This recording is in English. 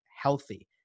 healthy